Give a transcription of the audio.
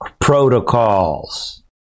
protocols